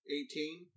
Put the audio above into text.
Eighteen